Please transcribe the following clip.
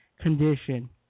condition